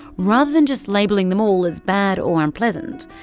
rather than just labelling them all as bad or unpleasant.